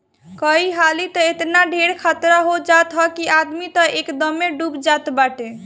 कई हाली तअ एतना ढेर खतरा हो जात हअ कि आदमी तअ एकदमे डूब जात बाटे